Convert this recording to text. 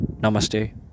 namaste